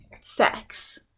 sex